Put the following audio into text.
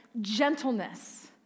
gentleness